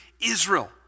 Israel